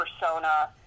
persona